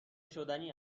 شدنی